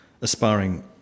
aspiring